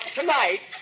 tonight